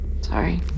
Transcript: sorry